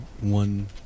One